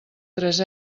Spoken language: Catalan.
tres